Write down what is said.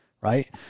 Right